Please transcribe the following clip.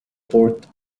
port